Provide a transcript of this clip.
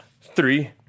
three